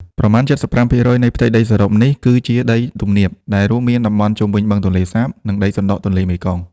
ប្រមាណ ៧៥% នៃផ្ទៃដីសរុបនេះគឺជាដីទំនាប ដែលរួមមានតំបន់ជុំវិញបឹងទន្លេសាប និងដីសណ្ដទន្លេមេគង្គ។